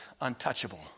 untouchable